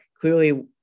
clearly